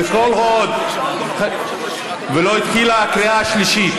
וכל עוד לא החלה הקריאה השלישית,